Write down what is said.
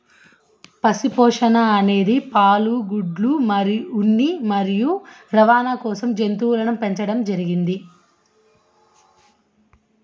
పశు పోషణ అనేది పాలు, గుడ్లు, ఉన్ని మరియు రవాణ కోసం జంతువులను పెంచండం జరిగింది